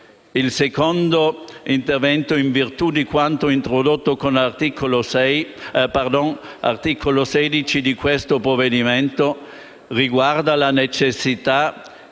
Il secondo intervento, in virtù di quanto introdotto con l'articolo 16 di questo provvedimento, riguarda la necessità